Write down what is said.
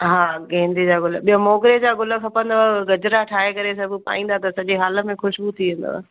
हा गेंदे जा भले ॿियो मोगिरे जा गुल खपंदव गजरा ठाहे करे सभु पाईंदा त सॼे हाल में ख़ुशबू थी वेंदव